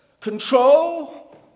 control